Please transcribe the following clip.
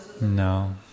No